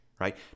right